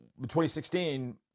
2016